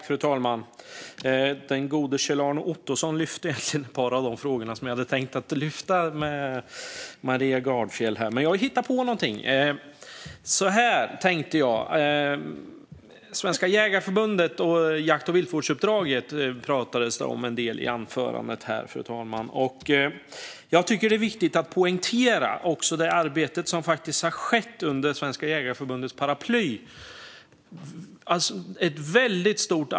Fru talman! Den gode Kjell-Arne Ottosson lyfte egentligen de frågor som jag hade tänkt lyfta med Maria Gardfjell, men jag hittar på någonting. Svenska Jägareförbundet och jakt och viltvårdsuppdraget pratades det en del om i anförandet, fru talman. Jag tycker att det är viktigt att poängtera det arbete som faktiskt har skett under Svenska Jägareförbundets paraply.